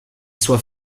soit